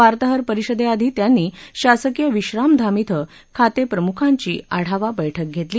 वार्ताहर परिषदेआधी त्यांनी शासकीय विश्रामधाम इथं खातेप्रमुखांची आढावा बैठक घेतली